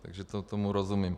Takže tomu rozumím.